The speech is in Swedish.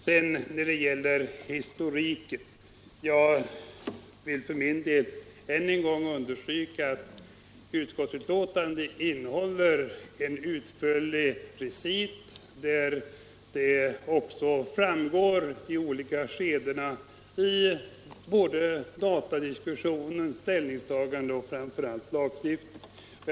Sedan vill jag beträffande historiken för min del än en gång understryka att utskottsbetänkandet innehåller en utförlig recit, varav också framgår de olika skedena i datadiskussionen och ställningstagandet samt framför allt lagstiftningen.